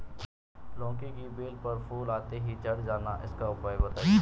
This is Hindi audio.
लौकी की बेल पर फूल आते ही झड़ जाना इसका उपाय बताएं?